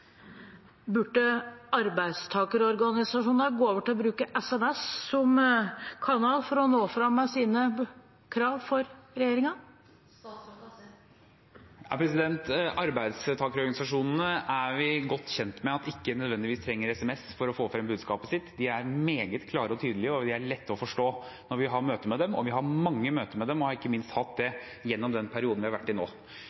Burde arbeidstakerorganisasjonene gå over til å bruke SMS som kanal for å nå fram med sine krav til regjeringen? Arbeidstakerorganisasjonene er vi godt kjent med at ikke nødvendigvis trenger SMS for å få frem budskapet sitt. De er meget klare og tydelige, og de er lette å forstå når vi har møte med dem. Vi har mange møter med dem og har ikke minst hatt det